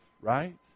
right